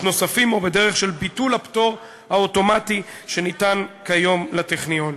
נוספים או בדרך של ביטול הפטור האוטומטי שניתן כיום לטכניון.